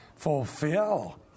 Fulfill